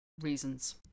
reasons